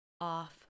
off